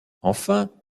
enfin